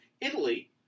Italy